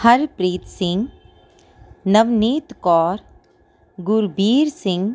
Harpreet Singh Navneet Kaur Gurbir Singh